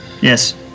Yes